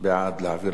להעביר לוועדה,